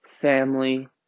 family